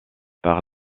par